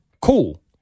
Cool